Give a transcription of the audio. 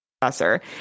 professor